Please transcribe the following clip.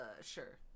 sure